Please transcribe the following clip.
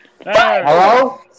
Hello